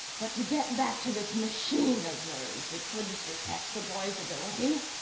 but to get back to this machine of yours it couldn't detect the boy's ability?